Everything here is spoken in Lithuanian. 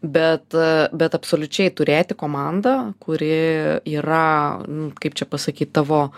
bet bet absoliučiai turėti komandą kuri yra nu kaip čia pasakyt tavo